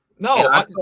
No